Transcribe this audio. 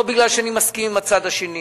לא מפני שאני מסכים עם הצד השני,